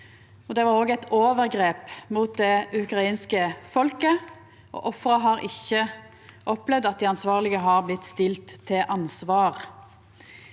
det var òg eit overgrep mot det ukrainske folket. Ofra har ikkje opplevd at dei ansvarlege har blitt stilte til ansvar.